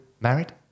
Married